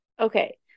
Okay